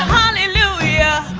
hallelujah